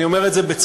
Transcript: אני אומר את זה בצער